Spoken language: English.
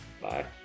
Bye